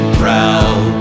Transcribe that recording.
proud